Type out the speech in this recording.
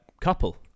couple